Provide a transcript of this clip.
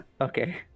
Okay